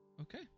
Okay